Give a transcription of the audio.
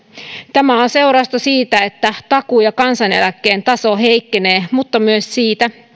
tämä on seurausta siitä että takuu ja kansaneläkkeen taso heikkenee mutta myös siitä